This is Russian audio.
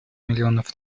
миллионов